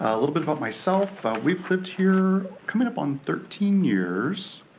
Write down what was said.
a little bit about myself. we've lived here, coming up on thirteen years,